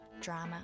drama